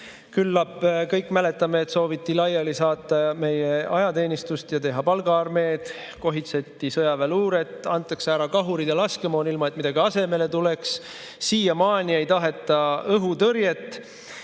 Küllap me kõik mäletame, et sooviti laiali saata meie ajateenistus ja teha palgaarmee ning kohitseti sõjaväeluuret. Antakse ära kahurid ja laskemoon, ilma et midagi asemele tuleks. Siiamaani ei taheta õhutõrjet,